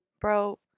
bro